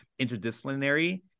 interdisciplinary